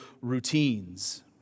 routines